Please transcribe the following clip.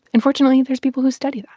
and fortunately, there's people who study